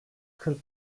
kırk